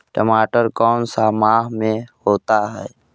टमाटर कौन सा माह में होता है?